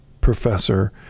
professor